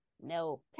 No